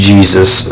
Jesus